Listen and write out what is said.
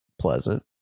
pleasant